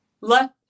let